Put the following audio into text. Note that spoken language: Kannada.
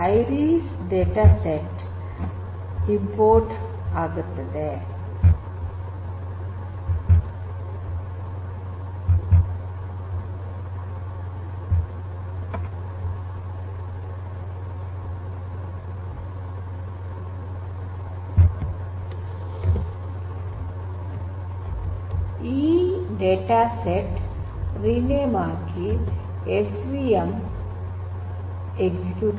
ಐರಿಸ್ ಡೇಟಾಸೆಟ್ ಇಂಪೋರ್ಟ್ ಆಗುತ್ತದೆ ಈ ಡೇಟಾಸೆಟ್ ರೀನೇಮ್ ಆಗಿ ಎಸ್ವಿಎಂ ಎಕ್ಸಿಕ್ಯೂಟ್ ಆಗುತ್ತದೆ